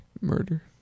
Murder